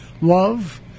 Love